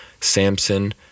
Samson